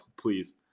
please